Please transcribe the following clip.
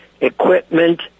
equipment